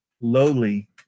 lowly